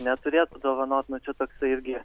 neturėtų dovanot nu čia toksai irgi